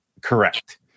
correct